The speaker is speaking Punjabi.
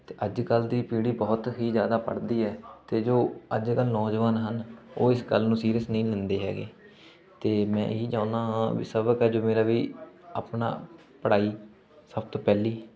ਅਤੇ ਅੱਜ ਕੱਲ੍ਹ ਦੀ ਪੀੜੀ ਬਹੁਤ ਹੀ ਜ਼ਿਆਦਾ ਪੜ੍ਹਦੀ ਹੈ ਅਤੇ ਜੋ ਅੱਜ ਕੱਲ੍ਹ ਨੌਜਵਾਨ ਹਨ ਉਹ ਇਸ ਗੱਲ ਨੂੰ ਸੀਰੀਅਸ ਨਹੀਂ ਲੈਂਦੇ ਹੈਗੇ ਅਤੇ ਮੈਂ ਇਹੀ ਚਾਹੁੰਦਾ ਹਾਂ ਵੀ ਸਬਕ ਹੈ ਜੋ ਮੇਰਾ ਵੀ ਆਪਣਾ ਪੜ੍ਹਾਈ ਸਭ ਤੋਂ ਪਹਿਲੀ